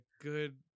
good